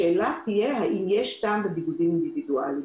השאלה תהיה האם יש טעם בבידודים אינדיבידואליים: